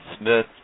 Smith